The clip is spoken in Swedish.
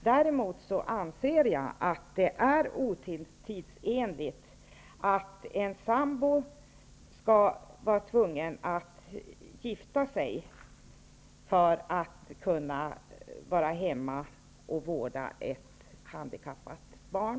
Däremot anser jag att det är otidsenligt att en sambo skall vara tvungen att gifta sig för att kunna vara hemma och vårda ett handikappat barn.